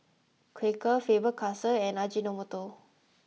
Quaker Faber Castell and Ajinomoto